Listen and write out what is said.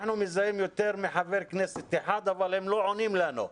אנחנו מזהים יותר מחבר כנסת אחד אבל הם לא עונים לנו,